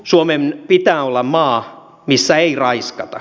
suomen pitää olla maa missä ei raiskata